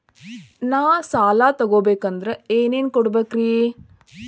ಸಾಲ ತೊಗೋಬೇಕಂದ್ರ ಏನೇನ್ ಕೊಡಬೇಕ್ರಿ?